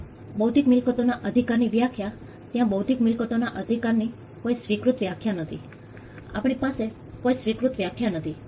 હવે બૌદ્ધિક મિલકતોના અધિકાર ની વ્યાખ્યા ત્યાં બૌદ્ધિક મિલકતોના અધિકારની કોઈ સ્વીકૃત વ્યાખ્યા નથી આપણી પાસે કોઈ સ્વીકૃત વ્યાખ્યા નથી